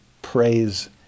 praise